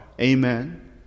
Amen